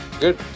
good